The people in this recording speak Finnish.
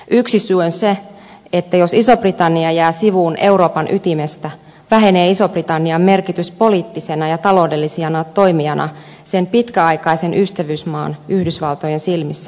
yksi syy on se että jos iso britannia jää sivuun euroopan ytimestä vähenee ison britannian merkitys poliittisena ja taloudellisena toimijana sen pitkäaikaisen ystävyysmaan yhdysvaltojen silmissä huomattavasti